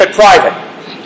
private